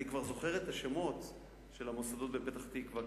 אני כבר זוכר את השמות של המוסדות בפתח-תקווה,